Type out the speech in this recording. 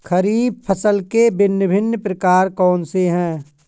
खरीब फसल के भिन भिन प्रकार कौन से हैं?